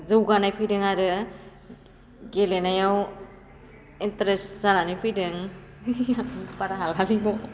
जौगानाय फैदों आरो गेलेनायाव इन्टारेस्ट जानानै फैदों